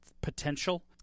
Potential